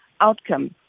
outcome